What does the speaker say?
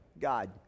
God